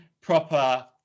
proper